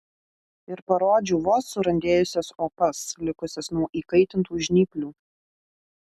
ir parodžiau vos surandėjusias opas likusias nuo įkaitintų žnyplių